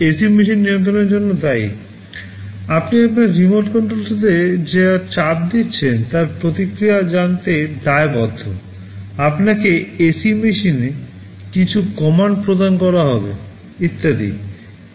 এটি AC machine নিয়ন্ত্রণের জন্য দায়ী আপনি আপনার রিমোট কন্ট্রোলটিতে যা চাপ দিচ্ছেন তার প্রতিক্রিয়া জানাতে দায়বদ্ধ আপনাকে AC machine কে কিছু কমান্ড প্রদান করা হবে ইত্যাদি